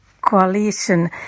coalition